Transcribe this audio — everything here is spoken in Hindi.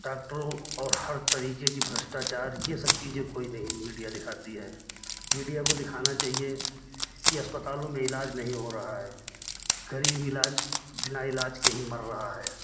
डाक्टरों और हर तरीके के भ्रष्टाचार ये सब चीज़ें कोई नहीं मीडिया दिखाती है मीडिया को दिखाना चाहिए कि अस्पतालों में इलाज नहीं हो रहा है गरीब इलाज बिना इलाज के ही मर रहा है